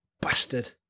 bastard